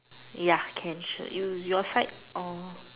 ya can sure your side or